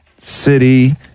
city